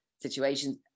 situations